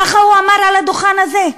ככה הוא אמר מעל הדוכן הזה.